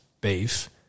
beef